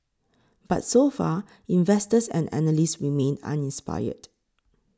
but so far investors and analysts remain uninspired